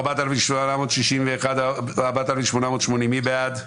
רוויזיה על הסתייגויות 4160-4141, מי בעד?